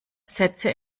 sätze